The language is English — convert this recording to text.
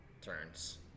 turns